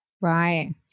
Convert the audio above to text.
Right